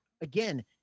again